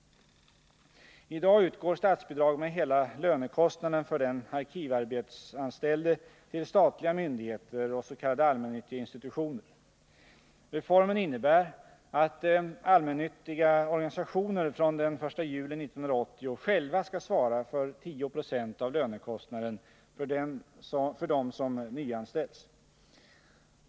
I dag utgår statsbidrag med hela lönekostnaden för den arkivarbetsanställde till statliga myndigheter och s.k. allmännyttiga institutioner. Reformen innebär att allmännyttiga organisationer från den 1 juli 1980 själva skall svara för 10 96 av lönekostnaden för dem som nyanställs.